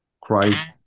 Christ